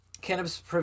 cannabis